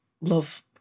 Love